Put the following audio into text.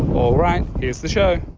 all right. here's the show